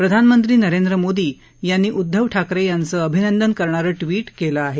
प्रधानमंत्री नरेंद्र मोदी यांनी उद्घव ठाकरे यांचं अभिनंदन करणारं ट्वीट केलं आहे